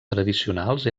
tradicionals